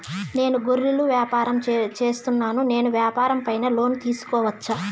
నేను గొర్రెలు వ్యాపారం సేస్తున్నాను, నేను వ్యాపారం పైన లోను తీసుకోవచ్చా?